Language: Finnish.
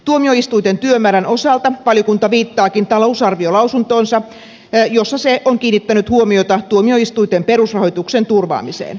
tuomioistuinten työmäärän osalta valiokunta viittaakin talousarviolausuntoonsa jossa se on kiinnittänyt huomiota tuomioistuinten perusrahoituksen turvaamiseen